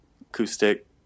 Acoustic